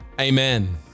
amen